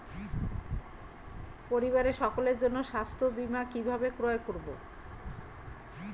পরিবারের সকলের জন্য স্বাস্থ্য বীমা কিভাবে ক্রয় করব?